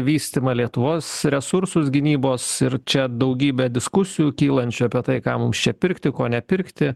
vystymą lietuvos resursus gynybos ir čia daugybę diskusijų kylančių apie tai ką mums čia pirkti ko nepirkti